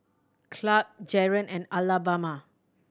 Clarke Jaren and Alabama